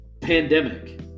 pandemic